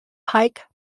pike